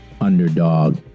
underdog